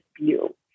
view